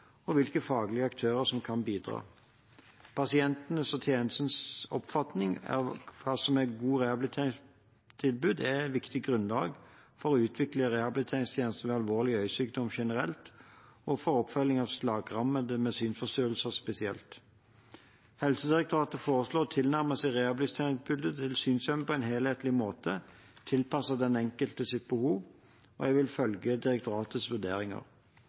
og hvilke faglige aktører som kan bidra. Pasientenes og tjenestens oppfatning av hva som er et godt rehabiliteringstilbud, er et viktig grunnlag for å utvikle rehabiliteringstjenester ved alvorlig øyesykdom generelt og for oppfølging av slagrammede med synsforstyrrelser spesielt. Helsedirektoratet foreslår å tilnærme seg rehabiliteringstilbudet til synshemmede på en helhetlig måte, tilpasset den enkeltes behov, og jeg vil følge direktoratets vurderinger.